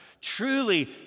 Truly